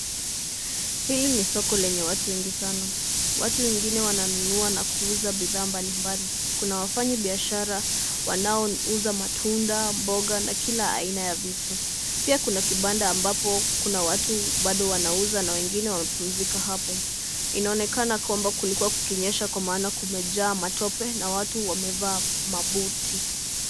Hili ni soko lenye watu wengi sana. Watu wengine wananunua na kuuza bidhaa mbalimbali. Kuna wafanyibiashara wanaouza matunda, mboga, na kila aina ya vitu. Pia kuna kibanda ambapo kuna watu bado wanauza na wengine wamepumzika hapo. Inaonekana kwamba kulikuwa kukinyesha kwa maana kumejaa matope na watu wamevaa mabuti.